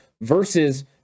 versus